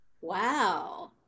wow